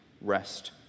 rest